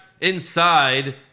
inside